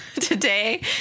Today